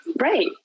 Right